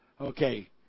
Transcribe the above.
Okay